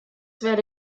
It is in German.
werde